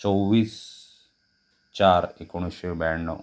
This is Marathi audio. चोवीस चार एकोणीसशे ब्याण्णव